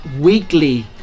weekly